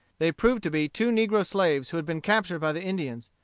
they proved to be two negro slaves who had been captured by the indians,